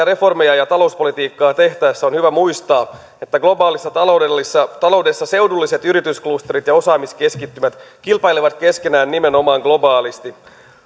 reformeja ja talouspolitiikkaa tehtäessä on hyvä muistaa että globaalissa taloudessa seudulliset yritysklusterit ja osaamiskeskittymät kilpailevat keskenään nimenomaan globaalisti